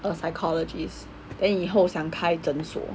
a psychologist and 以后想开诊所